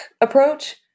approach